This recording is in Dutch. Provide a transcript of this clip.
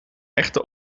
echte